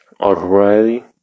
already